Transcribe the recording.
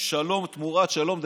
שלום תמורת שלום.